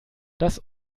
das